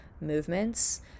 movements